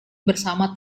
bersama